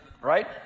Right